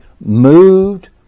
moved